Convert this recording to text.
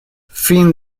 fin